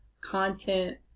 content